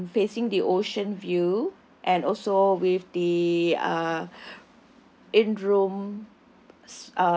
um facing the ocean view and also with the uh in room